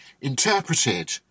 interpreted